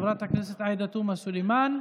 חברת הכנסת עאידה תומא סלימאן,